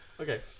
Okay